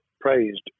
praised